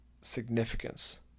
significance